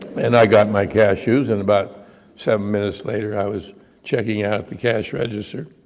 and i got my cashews, and about seven minutes later i was checking out at the cash register.